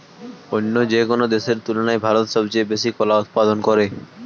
অন্য যেকোনো দেশের তুলনায় ভারত সবচেয়ে বেশি কলা উৎপাদন করে